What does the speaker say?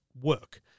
work